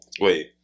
Wait